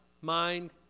mind